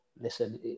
listen